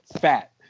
fat